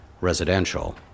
residential